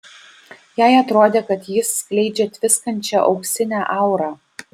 jai atrodė kad jis skleidžia tviskančią auksinę aurą